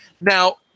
Now